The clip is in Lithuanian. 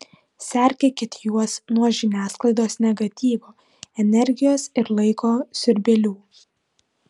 sergėkit juos nuo žiniasklaidos negatyvo energijos ir laiko siurbėlių